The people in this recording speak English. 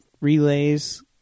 relays